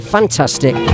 Fantastic